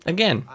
Again